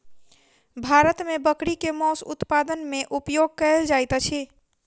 भारत मे बकरी के मौस उत्पादन मे उपयोग कयल जाइत अछि